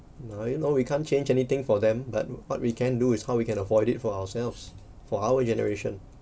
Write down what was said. now you know we can't change anything for them but what we can do is how we can afford it for ourselves for our generation